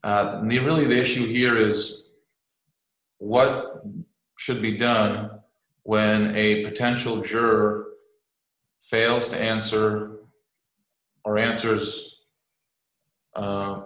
really the issue here is what should be done when a potential juror fails to answer or answers